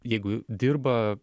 jeigu dirba